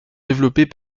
développées